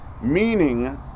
Meaning